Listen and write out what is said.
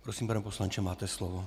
Prosím, pane poslanče, máte slovo.